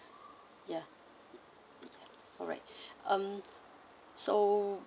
ya alright um so